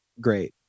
Great